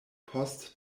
post